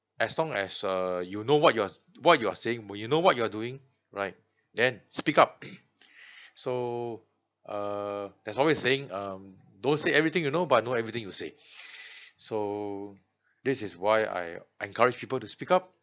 as long as uh you know what you're what you're saying w~ you know what you're doing right then speak up so uh there's always a saying um don't say everything you know but not everything you say so this is why I encourage people to speak up